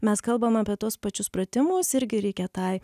mes kalbam apie tuos pačius pratimus irgi reikia tai